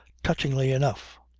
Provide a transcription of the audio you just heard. touchingly enough.